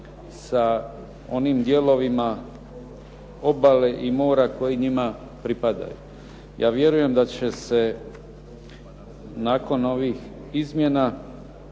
sa onim dijelovima obale i mora koji njima pripadaju. Ja vjerujem da će se nakon ovih izmjena